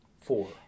four